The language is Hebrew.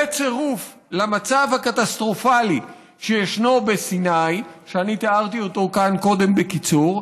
בצירוף המצב הקטסטרופלי שיש בסיני שתיארתי כאן קודם בקיצור,